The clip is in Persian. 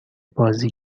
بازی